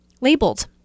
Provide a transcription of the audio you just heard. labeled